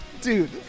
Dude